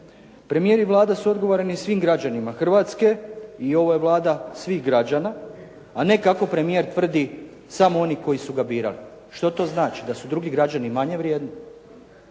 Premijer i Vlada su odgovorni svim građanima Hrvatske i ovo je Vlada svih građana, a ne kako premijer tvrdi samo oni koji su ga birali. Što to znači? Da su drugi građani manje vrijedni?